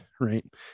right